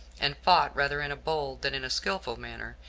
and fought rather in a bold than in a skillful manner,